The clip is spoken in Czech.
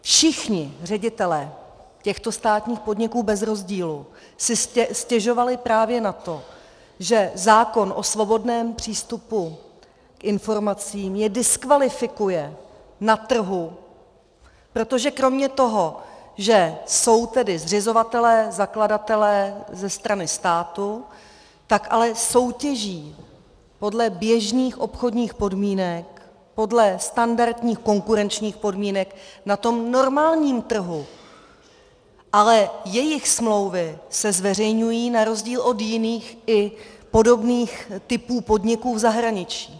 Všichni ředitelé těchto státních podniků bez rozdílu si stěžovali právě na to, že zákon o svobodném přístupu k informacím je diskvalifikuje na trhu, protože kromě toho, že jsou tedy zřizovatelé, zakladatelé ze strany státu, tak ale soutěží podle běžných obchodních podmínek podle standardních konkurenčních podmínek na tom normálním trhu, ale jejich smlouvy se zveřejňují na rozdíl od jiných i podobných typů podniků v zahraničí.